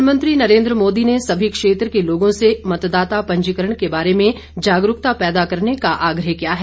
प्रधानमंत्री नरेन्द्र मोदी ने सभी क्षेत्र के लोगों से मतदाता पंजीकरण के बारे में जागरूकता पैदा करने का आग्रह किया है